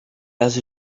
also